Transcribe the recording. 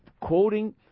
quoting